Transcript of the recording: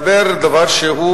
תגברנו,